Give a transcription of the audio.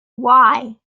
why